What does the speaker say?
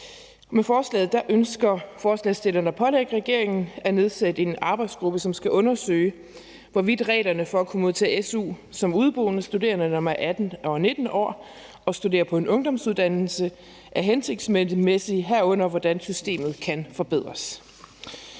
Med forslaget ønsker forslagsstillerne at pålægge regeringen at nedsætte en arbejdsgruppe, som skal undersøge, hvorvidt reglerne for at kunne modtage su som udeboende studerende, når man er 18 og 19 år og studerer på en ungdomsuddannelse, er hensigtsmæssige, herunder hvordan systemet kan forbedres.